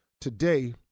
Today